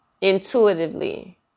Intuitively